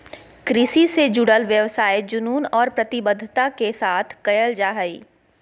कृषि से जुडल व्यवसाय जुनून और प्रतिबद्धता के साथ कयल जा हइ